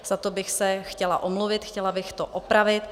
Za to bych se chtěla omluvit, chtěla bych to opravit.